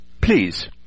please